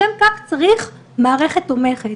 לשם כך, צריך מערכת תומכת.